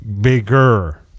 Bigger